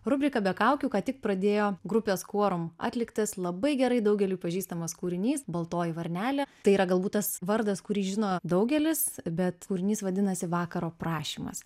rubriką be kaukių ką tik pradėjo grupės kvuorum atliktas labai gerai daugeliui pažįstamas kūrinys baltoji varnelė tai yra galbūt tas vardas kurį žino daugelis bet kūrinys vadinasi vakaro prašymas